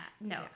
no